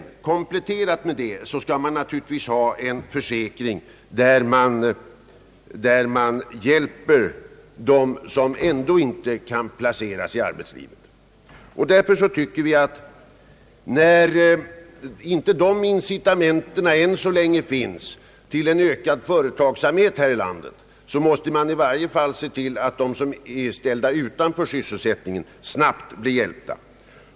Som ett komplement till de åtgärder som jag nu talat om måste finnas en försäkring som hjälp för dem som ändå inte kan placeras i arbetslivet. Eftersom incitamenten till en ökad företagsamhet här i landet än så länge inte finns, måste vi i varje fall se till att de som är ställda utanför sysselsättningen snabbt blir hjälpta.